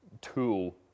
tool